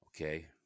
Okay